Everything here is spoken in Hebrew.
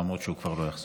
למרות שהוא כבר לא יחזור.